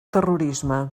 terrorisme